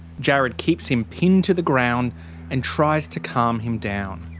jared keeps him pinned to the ground and tries to calm him down.